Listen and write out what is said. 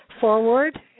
forward